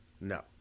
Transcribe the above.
No